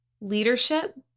leadership